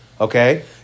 Okay